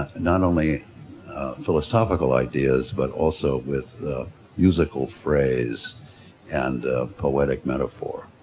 not only philosophical ideas, but also with musical phrase and poetic metaphor.